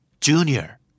junior